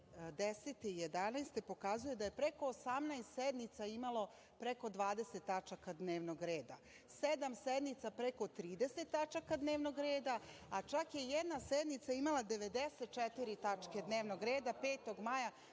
godine, pokazuje da je preko 18 sednica imalo preko 20 tačaka dnevnog reda, sedam sednica preko 30 tačaka dnevnog reda, a čak je jedna sednica imala 94 tačke dnevnog reda, 5. maja